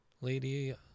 lady